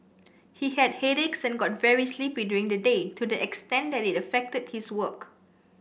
he had headaches and got very sleepy during the day to the extent that it affected his work